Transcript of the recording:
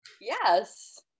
Yes